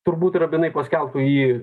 turbūt rabinai paskelbtų jį